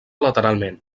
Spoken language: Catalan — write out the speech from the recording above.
lateralment